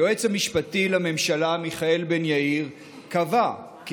היועץ המשפטי לממשלה מיכאל בן-יאיר קבע כי